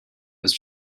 was